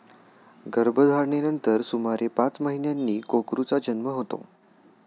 गर्भधारणेनंतर सुमारे पाच महिन्यांनी कोकरूचा जन्म होतो